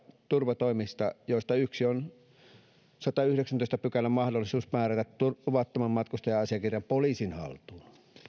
turvatoimista joista yksi on sadannenyhdeksännentoista pykälän mahdollisuus määrätä luovuttamaan matkustusasiakirja poliisin haltuun